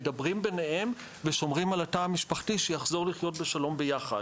מדברים ביניהם ושומרים על התא המשפחתי שיחזור לחיות בשלום ביחד.